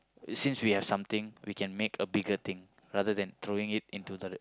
since we have something we can make a bigger thing rather throwing it into toilet